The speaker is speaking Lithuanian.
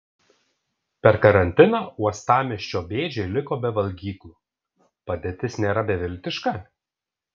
per karantiną uostamiesčio bėdžiai liko be valgyklų padėtis nėra beviltiška